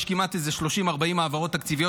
יש כמעט איזה 30 40 העברות תקציביות